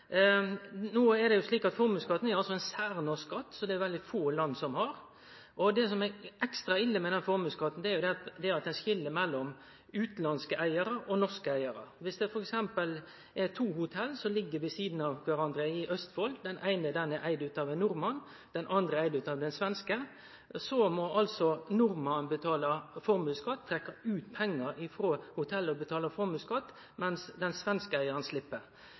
No er det slik at formuesskatten er ein særnorsk skatt, det er veldig få land som har det, og det som er ekstra ille med den formuesskatten, er at ein skil mellom utanlandske eigarar og norske eigarar. Dersom det f.eks. er to hotell som ligg ved sidan av kvarandre i Østfold, og det eine er eigd av ein nordmann og det andre av ein svenske, må nordmannen betale formuesskatt, trekkje ut pengar frå hotellet og betale formuesskatt, mens den svenske eigaren